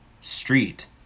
street